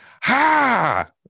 ha